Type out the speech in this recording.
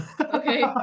Okay